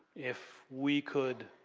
if we could